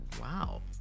Wow